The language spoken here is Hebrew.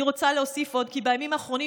אני רוצה להוסיף עוד כי בימים האחרונים